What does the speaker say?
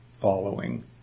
following